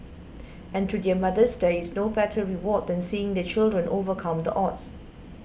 and to their mothers there is no better reward than seeing their children overcome the odds